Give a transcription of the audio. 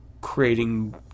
creating